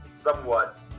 somewhat